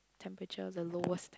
temperature the lowest